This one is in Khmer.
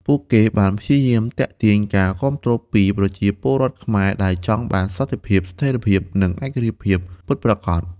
ពួកគេបានព្យាយាមទាក់ទាញការគាំទ្រពីប្រជាពលរដ្ឋខ្មែរដែលចង់បានសន្តិភាព ស្ថិរភាព និងឯករាជ្យភាពពិតប្រាកដ។